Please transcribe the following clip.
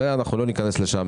אנחנו לא ניכנס לזה.